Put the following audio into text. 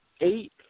eight